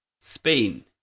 Spain